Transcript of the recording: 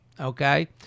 Okay